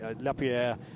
Lapierre